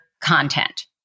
content